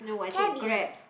cabbie